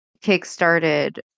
kick-started